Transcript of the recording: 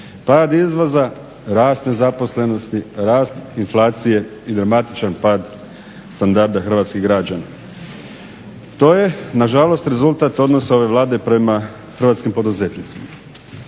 pad izvoza, rast nezaposlenosti, rast inflacije i dramatičan pad standarda hrvatskih građana. To je nažalost rezultat odnosa ove Vlade prema hrvatskim poduzetnicima.